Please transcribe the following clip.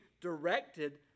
directed